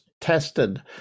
tested